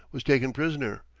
was taken prisoner,